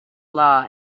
law